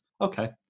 okay